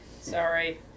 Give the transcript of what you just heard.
Sorry